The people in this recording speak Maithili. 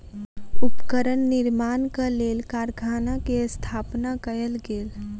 उपकरण निर्माणक लेल कारखाना के स्थापना कयल गेल